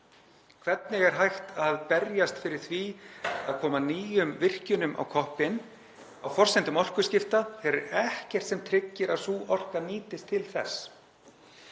Hvernig er hægt að berjast fyrir því að koma nýjum virkjunum á koppinn á forsendum orkuskipta þegar það er ekkert sem tryggir að sú orka nýtist til þess?